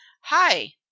hi